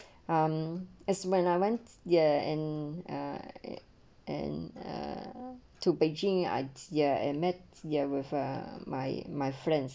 um as when I went ya and uh and uh to beijing i ya and maths there with uh my my friends